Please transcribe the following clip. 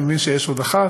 אני מבין שיש עוד אחת.